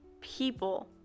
people